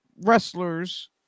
wrestlers